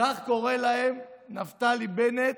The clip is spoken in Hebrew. כך קורא להם נפתלי בנט: